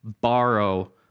borrow